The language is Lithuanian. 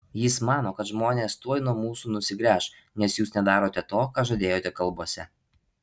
jis mano kad žmonės tuoj nuo mūsų nusigręš nes jūs nedarote to ką žadėjote kalbose